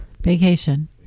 Vacation